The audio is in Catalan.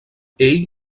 ell